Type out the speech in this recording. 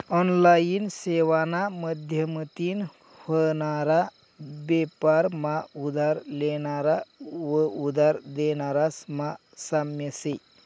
online सेवाना माध्यमतीन व्हनारा बेपार मा उधार लेनारा व उधार देनारास मा साम्य शे